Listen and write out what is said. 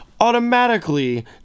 automatically